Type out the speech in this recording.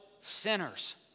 sinners